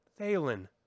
Thalen